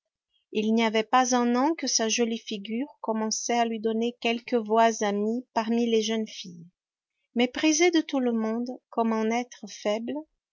il n'y avait pas un an que sa jolie figure commençait à lui donner quelques voix amies parmi les jeunes filles méprisé de tout le monde comme un être faible